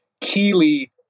keely